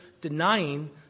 denying